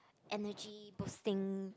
energy boosting